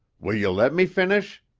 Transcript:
will you let me finish?